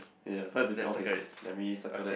ya first difference okay let me circle that